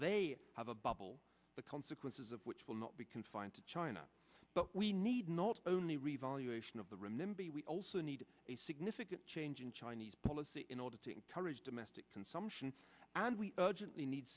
they have a bubble the consequences of which will not be confined to china but we need not only revaluation of the remember we also need a significant change in chinese policy in order to encourage domestic consumption and we urgently need